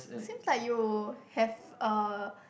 seems like you have a